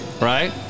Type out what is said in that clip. Right